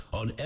on